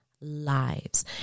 lives